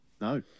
no